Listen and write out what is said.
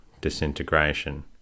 disintegration